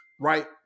right